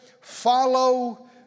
follow